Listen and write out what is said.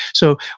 so,